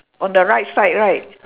on the right side right